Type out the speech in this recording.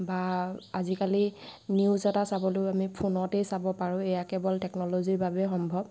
বা আজিকালি নিউজ এটা চাবলৈও আমি ফোনতেই চাব পাৰোঁ এয়া কেৱল টেকন'ল'জীৰ বাবেই সম্ভৱ